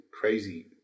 crazy